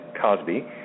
Cosby